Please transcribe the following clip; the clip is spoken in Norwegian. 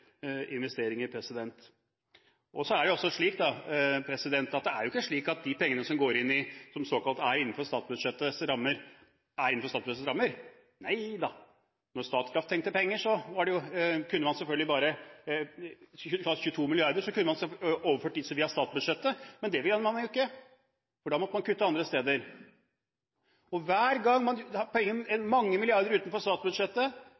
Det er ikke slik at de pengene som er såkalt innenfor statsbudsjettets rammer, er innenfor statsbudsjettets rammer – neida. Når Statkraft trengte penger, kunne man selvfølgelig bare overført disse via statsbudsjettet. Men det ville man jo ikke, for da måtte man kutte andre steder. Hver gang man har mange milliarder kroner utenfor statsbudsjettet,